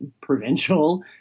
provincial